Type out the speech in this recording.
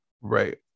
right